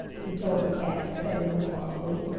he told the calf, petting her fondly.